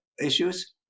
issues